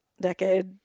decade